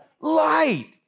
light